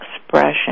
expression